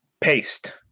paste